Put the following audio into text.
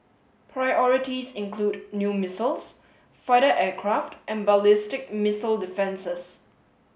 priorities include new missiles fighter aircraft and ballistic missile defences